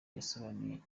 yasobanuye